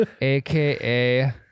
AKA